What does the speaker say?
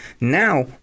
now